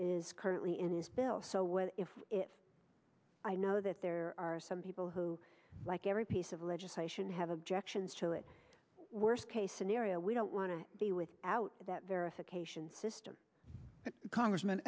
is currently in this bill so what if if i know that there are some people who like every piece of legislation have objections to it worst case scenario we don't want to be without that verification system congressm